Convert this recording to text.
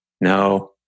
No